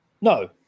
no